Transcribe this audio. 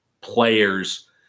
players